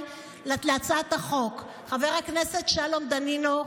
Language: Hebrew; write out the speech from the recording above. להצעת החוק: חבר הכנסת שלום דנינו,